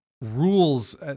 rules